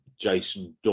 Jason